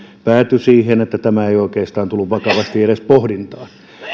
päätyi siihen että tämä ei oikeastaan tullut vakavasti edes pohdintaan